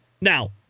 Now